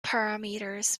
parameters